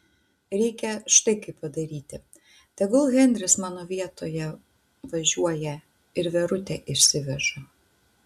reikia štai kaip padaryti tegul henris mano vietoje važiuoja ir verutę išsiveža